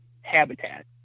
habitat